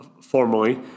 formally